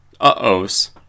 uh-ohs